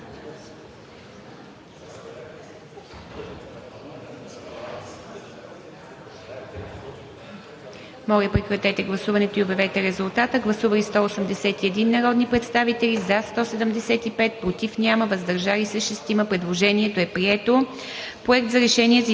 Моля, прекратете гласуването и обявете резултата. Гласували 194 народни представители: за 192, против няма, въздържали се 2. Предложението е прието.